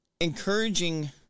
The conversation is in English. encouraging